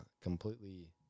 completely